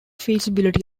feasibility